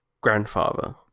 grandfather